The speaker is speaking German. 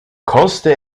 koste